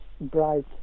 bright